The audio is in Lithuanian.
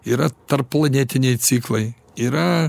yra tarpplanetiniai ciklai yra